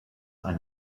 ein